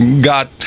got